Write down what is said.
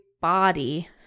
body